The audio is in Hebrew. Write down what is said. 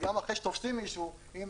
גם אחרי שתופסים מישהו, אם